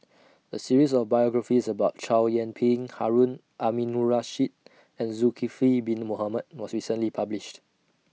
A series of biographies about Chow Yian Ping Harun Aminurrashid and Zulkifli Bin Mohamed was recently published